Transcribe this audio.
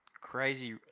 crazy